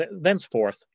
thenceforth